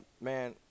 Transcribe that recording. Man